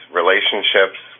relationships